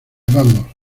vamos